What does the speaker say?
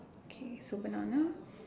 okay so banana